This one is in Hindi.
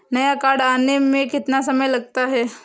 नया कार्ड आने में कितना समय लगता है?